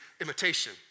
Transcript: imitation